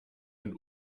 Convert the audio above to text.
und